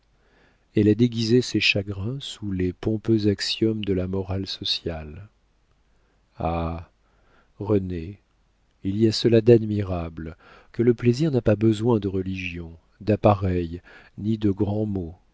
elle a déguisé ses chagrins sous les pompeux axiomes de la morale sociale ah renée il y a cela d'admirable que le plaisir n'a pas besoin de religion d'appareil ni de grands mots